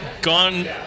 gone